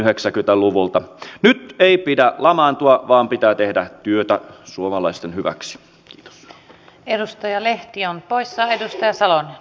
nyt ei pidä lamaantua vaan pitää tehdä työtä suomalaisten hyväksi jos edustaja lehti on poissa eikä sitä salaa